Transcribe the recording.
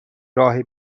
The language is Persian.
راه